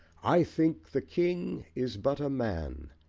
i think the king is but a man,